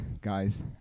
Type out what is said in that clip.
guys